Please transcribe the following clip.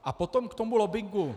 A potom k tomu lobbingu.